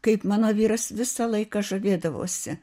kaip mano vyras visą laiką žavėdavosi